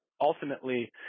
Ultimately